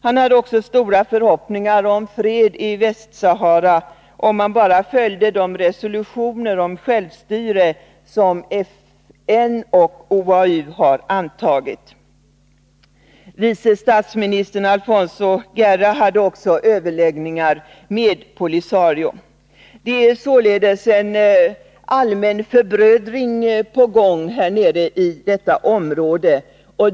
Han hade också stora förhoppningar om fred i Västsahara, om man bara följer de resolutioner om självstyre som FN och OAU har antagit. Vice statsministern, Alfonso Guerra, hade också överläggningar med POLISARIO. En allmän förbrödning i detta område har således påbörjats.